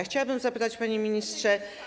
Chciałabym zapytać, panie ministrze.